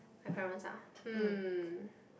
my parents ah hmm